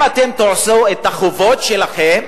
אם אתם תעשו את החובות שלכם,